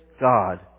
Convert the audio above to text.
God